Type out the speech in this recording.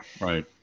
right